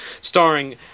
starring